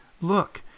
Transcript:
look